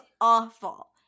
awful